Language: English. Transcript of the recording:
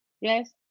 Yes